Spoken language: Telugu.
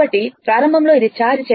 కాబట్టి ప్రారంభంలో ఇది ఛార్జ్ చేయబడలేదు